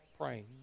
praying